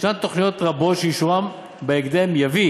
יש תוכניות רבות שאישורן בהקדם יביא